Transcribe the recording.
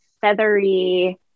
feathery